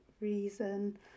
reason